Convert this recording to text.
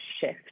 shift